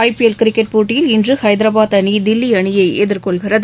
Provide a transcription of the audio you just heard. ஐ P L cricket போட்டியில் இன்று ஐதராபாத் அணி தில்லி அணியை எதிர்கொள்கிறது